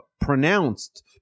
pronounced